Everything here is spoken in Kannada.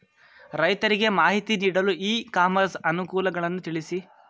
ರೈತರಿಗೆ ಮಾಹಿತಿ ನೀಡಲು ಇ ಕಾಮರ್ಸ್ ಅನುಕೂಲಗಳನ್ನು ತಿಳಿಸಿ?